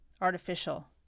artificial